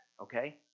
okay